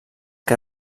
que